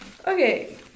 Okay